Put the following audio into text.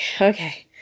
Okay